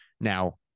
Now